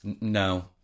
No